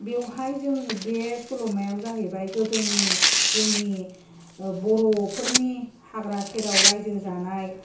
बेवहाय जोङो बे सल'मायाव जाहैबाय गोदोनि जोंनि बर'फोरनि हाग्रा सेराव राइजो जानाय